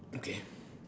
okay